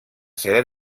sede